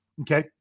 okay